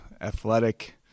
athletic